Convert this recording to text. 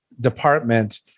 department